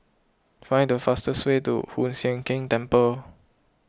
find the fastest way to Hoon Sian Keng Temple